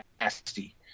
nasty